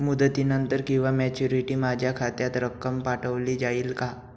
मुदतीनंतर किंवा मॅच्युरिटी माझ्या खात्यात रक्कम पाठवली जाईल का?